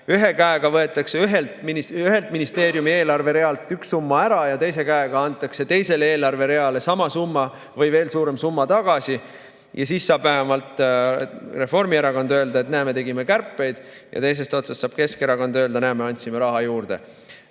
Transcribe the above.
Ühe käega võetakse ühe ministeeriumi eelarve ühelt realt üks summa ära ja teise käega antakse teisele eelarve reale sama summa või veel suurem summa. Ja siis saab Reformierakond öelda, et näe, me tegime kärpeid, ja teisest otsast saab Keskerakond öelda, et näe, me andsime raha juurde.